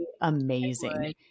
amazing